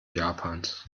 japans